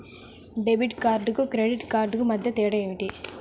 Debit కార్డుకు credit కార్డుకు మధ్య తేడా ఏమిటీ?